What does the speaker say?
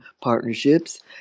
partnerships